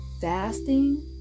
Fasting